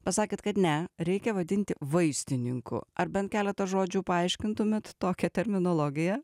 pasakėt kad ne reikia vadinti vaistininku ar bent keletą žodžių paaiškintumėt tokią terminologiją